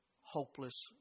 hopeless